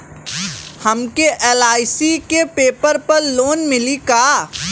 हमके एल.आई.सी के पेपर पर लोन मिली का?